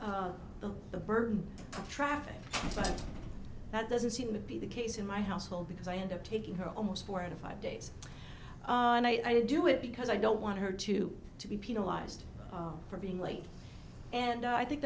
lessen the burden of traffic but that doesn't seem to be the case in my household because i end up taking her almost four out of five days and i do it because i don't want her to to be penalized for being late and i think